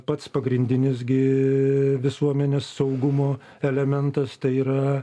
pats pagrindinis gi visuomenės saugumo elementas tai yra